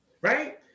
right